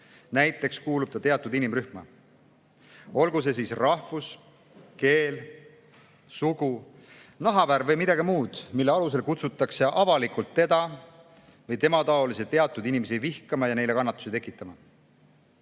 näiteks kuulub ta teatud inimrühma, olgu see rahvus, keel, sugu, nahavärv või midagi muud, mille alusel kutsutakse avalikult teda või temataolisi teatud inimesi vihkama ja neile kannatusi tekitama.